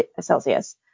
Celsius